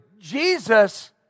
Jesus